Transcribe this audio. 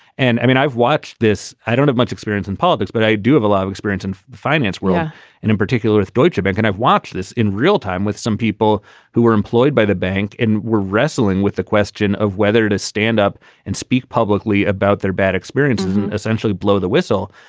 and i mean, i've watched this. i don't have much experience in politics, but i do have a lot of experience in finance yeah and in particular with deutschebank. and i've watched this in real time with some people who were employed by the bank and were wrestling with the question of whether to stand up and speak publicly about their bad experiences and essentially blow the whistle.